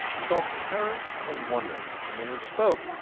it's called terror and wonder. and when we spoke,